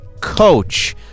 coach